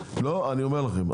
אני אומר לך,